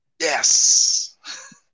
Yes